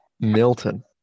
Milton